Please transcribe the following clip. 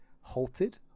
halted